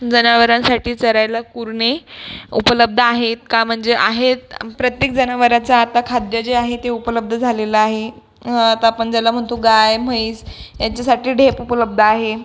जनावरांसाठी चरायला कुरणे उपलब्ध आहेत का म्हणजे आहेत प्रत्येक जनावराचं आता खाद्य जे आहे ते उपलब्ध झालेलं आहे आता आपण ज्याला म्हणतो गाय म्हैस यांच्यासाठी ढेप उपलब्ध आहे